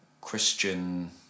Christian